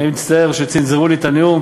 אני מצטער שצנזרו לי את הנאום,